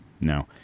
no